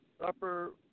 upper